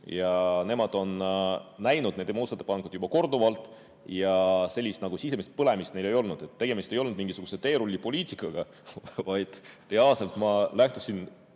Nemad on näinud neid muudatusettepanekuid juba korduvalt ja sellist sisemist põlemist neil ei olnud. Tegemist ei olnud mingisuguse teerullipoliitikaga, vaid ma reaalselt lähtusin